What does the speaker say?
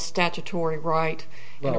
statutory right but